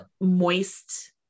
moist